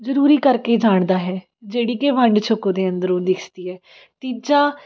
ਜ਼ਰੂਰੀ ਕਰਕੇ ਜਾਣਦਾ ਹੈ ਜਿਹੜੀ ਕਿ ਵੰਡ ਛਕੋ ਦੇ ਅੰਦਰੋਂ ਦਿਸਦੀ ਹੈ ਤੀਜਾ